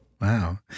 Wow